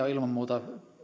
on ilman muuta